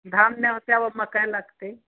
धान नहि होतै आब मकइ लगतै